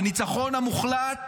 הניצחון המוחלט